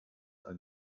ein